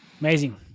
Amazing